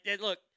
look